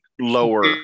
lower